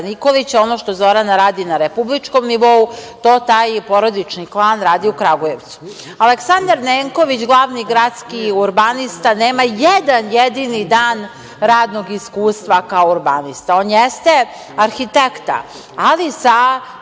Nikolića. Ono što Zorana radi na republičkom nivou, to taj porodični klan radi u Kragujevcu. Aleksandar Nenković, glavni gradski urbanista nema nijedan jedan jedini radni dan radnog iskustva, kao urbanista. On jeste arhitekta, ali sa